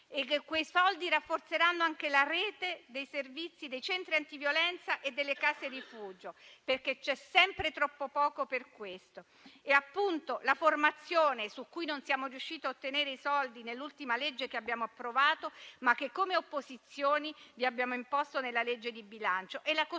violenza, oltre alla rete dei servizi dei centri antiviolenza e delle case rifugio, perché c'è sempre troppo poco per questo, e alla formazione, per cui non siamo riusciti a ottenere i soldi nell'ultima legge che abbiamo approvato, ma che come opposizioni vi abbiamo imposto nella legge di bilancio, e alla costruzione